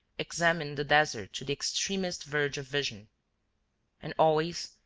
examined the desert to the extremest verge of vision and always,